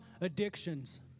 addictions